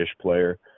player